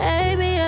Baby